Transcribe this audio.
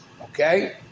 Okay